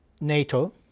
NATO